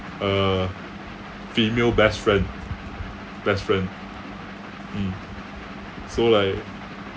uh female best friend best friend mm so like